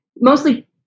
Mostly